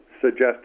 suggested